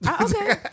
Okay